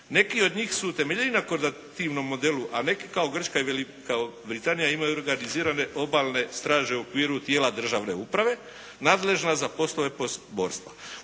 Neki od njih su temeljeni na koordinativnom modelu, a neki kao Grčka i Velika Britanija imaju organizirane obalne strže u okviru tijela državne uprave nadležna za poslove pomorstva.